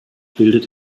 bildet